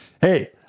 Hey